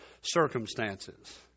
circumstances